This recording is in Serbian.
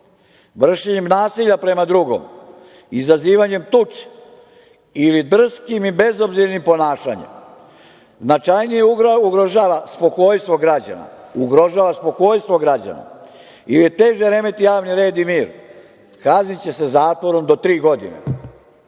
vršenjem nasilja prema drugom, izazivanjem tuče ili drskim i bezobzirnim ponašanjem značajnije ugrožava spokojstvo građana, ugrožava spokojstvo građana ili teže remeti javni red i mir, kazniće se zatvorom do tri godine.